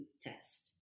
test